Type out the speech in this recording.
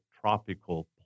tropical